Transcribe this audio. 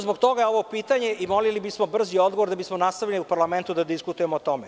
Zbog toga je ovo pitanje i molili bismo brzi odgovor, da bismo nastavili u parlamentu da diskutujemo o tome.